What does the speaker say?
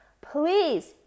Please